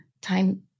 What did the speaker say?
time